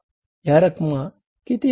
ह्या रक्कम किती आहे